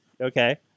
Okay